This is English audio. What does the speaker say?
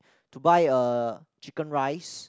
to buy a chicken rice